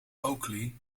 oakley